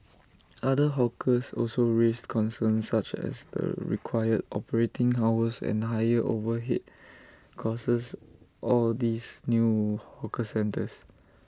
other hawkers also raised concerns such as the required operating hours and higher overhead costs or these new hawker centres